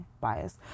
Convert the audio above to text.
bias